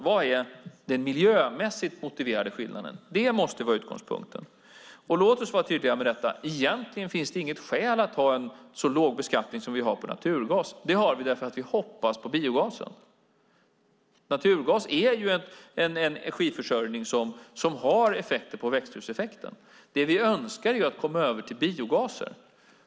Vad är den miljömässigt motiverade skillnaden? Det måste vara utgångspunkten. Låt oss vara tydliga med detta. Egentligen finns det inget skäl att ha en så låg beskattning som vi har på naturgas. Det har vi därför att vi hoppas på biogasen. Naturgas är en energiförsörjning som har påverkan på växthuseffekten. Det vi önskar är att komma över till biogasen.